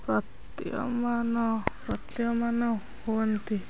ପ୍ରତୀୟମାନ ପ୍ରତୀୟମାନ ହୁଅନ୍ତି